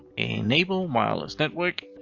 enable wireless network.